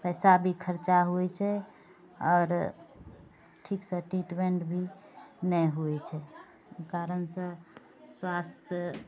पैसा भी खर्चा होइ छै आओर ठीकसँ ट्रीटमेन्ट भी नहि होइ छै एहि कारणसँ स्वास्थ्य